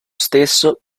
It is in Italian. stesso